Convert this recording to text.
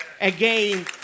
Again